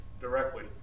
directly